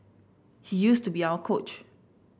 he used to be our coach